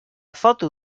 foto